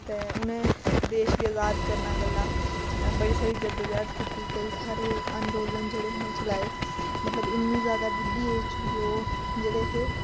ते उ'नें देश गी अजाद करने गल्ला बड़ी सारी जद्दोजैह्द कीती केईं सारे अंदोलन जेह्ड़े न उनें चलाए मतलब इन्नी ज्यादा बुड्ढी ऐज च बी ओह् जेह्ड़े हे